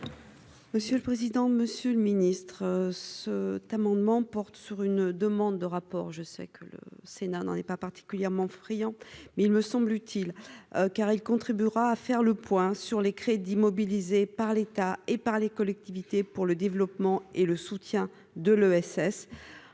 Monsieur le président, Monsieur le Ministre, ce tu amendement porte sur une demande de rapport, je sais que le Sénat n'en est pas particulièrement friand, mais il me semble utile car il contribuera à faire le point sur les crédits mobilisés par l'État et par les collectivités pour le développement et le soutien de l'ESS